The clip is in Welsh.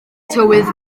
tywydd